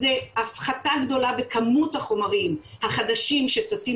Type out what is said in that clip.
זה הפחתה גדולה בכמות החומרים החדשים שצצים